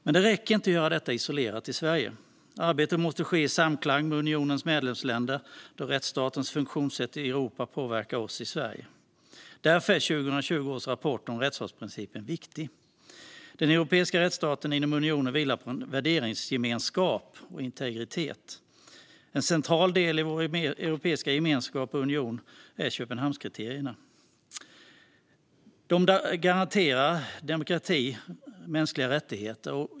Men det räcker inte att göra detta isolerat i Sverige. Arbetet måste ske i samklang mellan unionens medlemsländer då rättsstatens funktionssätt i Europa påverkar oss i Sverige. Därför är 2020 års rapport om rättsstatsprincipen viktig. Den europeiska rättsstaten inom unionen vilar på en värderingsgemenskap och integritet. En central del i vår europeiska gemenskap och union är Köpenhamnskriterierna. De garanterar demokrati och mänskliga rättigheter.